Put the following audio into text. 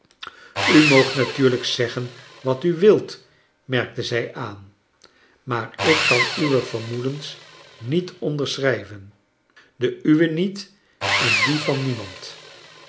u moogt natuurlijk zeggen wat u wilt merkte zij aan maar ik kan uwe vermoedens niet onderschrijven de uwe niet en die van nie